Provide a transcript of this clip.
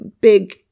big